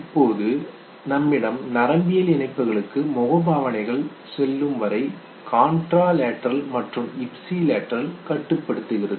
இப்போது நம்மிடம் நரம்பியல் இணைப்புகளுக்கு முகபாவனைகள் செல்லும்வரை காண்ட்ரா லேட்ரல் மற்றும் இப்சிலேட்ரல் கட்டுப்படுத்துகிறது